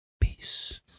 Peace